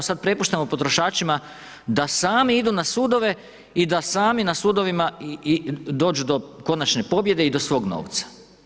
Sad prepuštamo potrošačima da sami idu na sudove i da sami na sudovima dođu do konačne pobjede i do svog novca.